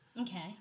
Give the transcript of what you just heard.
Okay